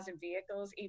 vehicles